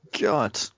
God